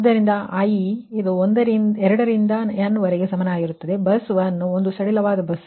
ಆದ್ದರಿಂದ i ಇದು 2 ರಿಂದ nವರೆಗೆ ಸಮನಾಗಿರುತ್ತದೆ ಬಸ್ 1 ಒಂದು ಸಡಿಲವಾದ ಬಸ್